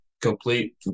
complete